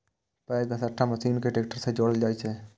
पैघ घसकट्टा मशीन कें ट्रैक्टर सं जोड़ल जाइ छै